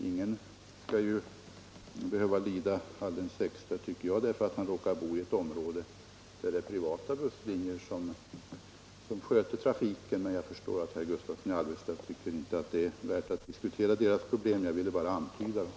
Ingen skall ju behöva lida alldeles särskilt, tycker jag, därför att han råkar bo i ett område där privata busslinjer sköter trafiken. Jag förstår att herr Gus tavsson i Alvesta inte anser att det är värt att diskutera deras problem; jag ville bara antyda dem.